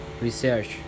research